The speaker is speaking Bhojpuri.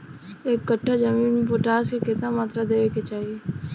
एक कट्ठा जमीन में पोटास के केतना मात्रा देवे के चाही?